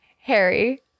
Harry